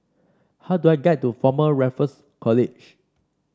how do I get to Former Raffles College